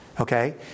okay